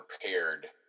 prepared